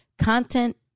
Content